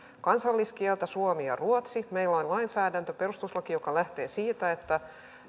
kansalliskieltä suomi ja ruotsi meillä on lainsäädäntö perustuslaki joka lähtee siitä että